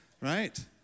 right